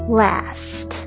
last